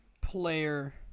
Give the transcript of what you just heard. player